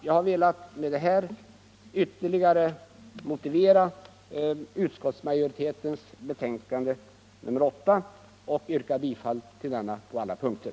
Jag har med det här velat ytterligare motivera utskottsmajoritetens hemställan i betänkandet nr 8 och yrkar bifall till denna på alla punkter.